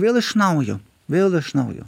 vėl iš naujo vėl iš naujo